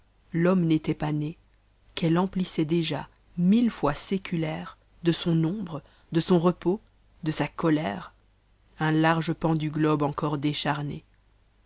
l'homme n'étant pas né qa'eue empmssait déjà mille ms séculaîre de son oaare de son repos de sa coiëre uaiargepn du globe encore dédtarnê